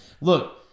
Look